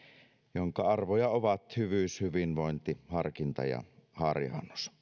jonka arvoja ovat hyvyys hyvinvointi harkinta ja harjaannus